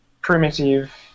primitive